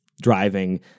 driving